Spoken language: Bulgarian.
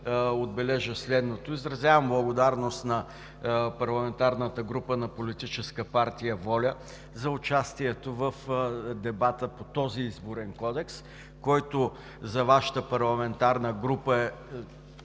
отбележа следното. Изразявам благодарност на парламентарната група на Политическа партия „Воля“ за участието в дебата по този Изборен кодекс, който за Вашата парламентарна група,